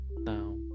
Now